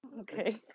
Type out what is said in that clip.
Okay